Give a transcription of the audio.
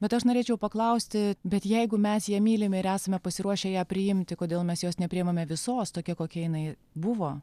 bet aš norėčiau paklausti bet jeigu mes ją mylime ir esame pasiruošę ją priimti kodėl mes jos nepriimame visos tokia kokia jinai buvo